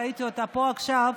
ראיתי אותה פה עכשיו,